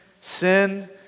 sin